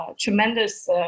tremendous